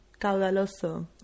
caudaloso